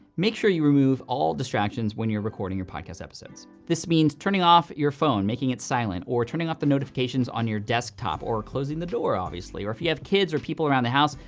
make sure you remove all distractions when you're recording your podcast episodes. this means turning off your phone, making it silent, or turning off the notifications on your desktop, or closing the door, obviously. or if you have kids or people around the house,